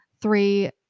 three